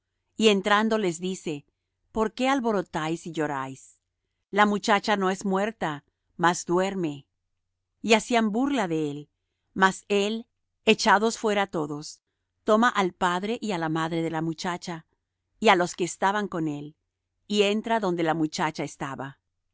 y entrando les dice por qué alborotáis y lloráis la muchacha no es muerta mas duerme y hacían burla de él mas él echados fuera todos toma al padre y á la madre de la muchacha y á los que estaban con él y entra donde la muchacha estaba